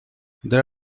there